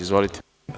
Izvolite.